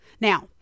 Now